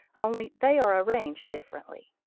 only they are arranged differently.